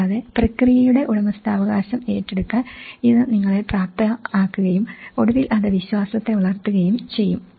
കൂടാതെ പ്രക്രിയയുടെ ഉടമസ്ഥാവകാശം ഏറ്റെടുക്കാൻ ഇത് നിങ്ങളെ പ്രാപ്തമാക്കുകയും ഒടുവിൽ അത് വിശ്വാസത്തെ വളർത്തുകയും ചെയ്യും